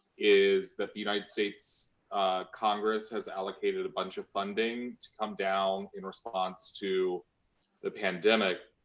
is that the united states congress has allocated a bunch of funding to come down in response to the pandemic.